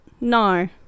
no